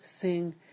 Sing